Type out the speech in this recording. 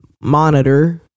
monitor-